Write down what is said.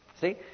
See